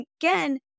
again